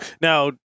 Now